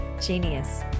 genius